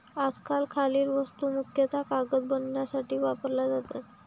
आजकाल खालील वस्तू मुख्यतः कागद बनवण्यासाठी वापरल्या जातात